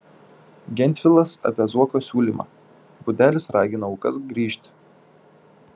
gentvilas apie zuoko siūlymą budelis ragina aukas grįžti